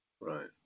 right